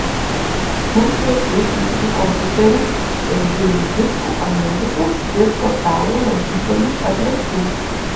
mums reikės jūsų kompiuterių standžiųjų diskų analizėms ir portalo lankytojų adresų